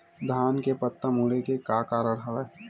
धान के पत्ता मुड़े के का कारण हवय?